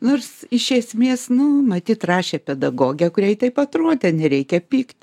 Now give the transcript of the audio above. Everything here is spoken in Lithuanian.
nors iš esmės nu matyt rašė pedagogė kuriai taip atrodė nereikia pykt